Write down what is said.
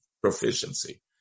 proficiency